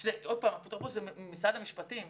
עוד פעם: אפוטרופוס זה משרד המשפטים.